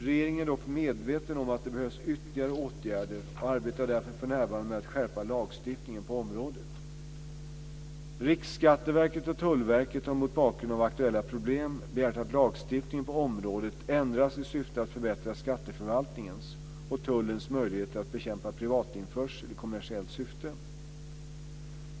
Regeringen är dock medveten om att det behövs ytterligare åtgärder och arbetar därför för närvarande med att skärpa lagstiftningen på området. Riksskatteverket och Tullverket har mot bakgrund av aktuella problem begärt att lagstiftningen på området ändras i syfte att förbättra skatteförvaltningens och tullens möjligheter att bekämpa privatinförsel i kommersiellt syfte.